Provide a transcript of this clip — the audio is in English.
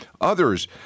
Others